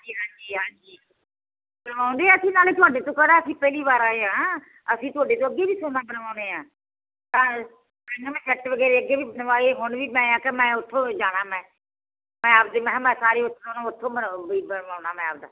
ਹਾਂਜੀ ਹਾਂਜੀ ਕਰਵਾਉਂਦੇ ਅਸੀਂ ਨਾਲੇ ਤੁਹਾਡੇ ਤੋਂ ਕਿਹੜਾ ਅਸੀਂ ਪਹਿਲੀ ਵਾਰ ਆਏ ਹਾਂ ਅਸੀਂ ਤੁਹਾਡੇ ਤੋਂ ਅੱਗੇ ਵੀ ਸੋਨਾ ਕਰਵਾਉਂਦੇ ਹਾਂ ਅੱਗੇ ਵੀ ਦਵਾਈ ਹੁਣ ਵੀ ਮੈਂ ਆਖਿਆ ਮੈਂ ਉਥੋਂ ਜਾਣਾ ਮੈਂ ਮੈਂ ਆਪਦੀ ਮੈਂ ਕਿਹਾ ਸਾਰੀ ਉਥੋਂ ਨੂੰ ਉੱਥੋਂ ਬਈ ਬਣਵਾਉਣਾ ਮੈਂ ਆਪਦਾ